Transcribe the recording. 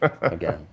again